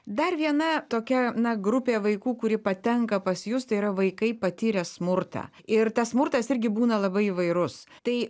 dar viena tokia na grupė vaikų kuri patenka pas jus tai yra vaikai patyrę smurtą ir tas smurtas irgi būna labai įvairus tai